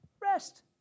rest